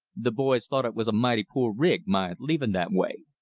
the boys thought it was a mighty poor rig, my leaving that way.